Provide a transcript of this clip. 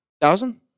Thousand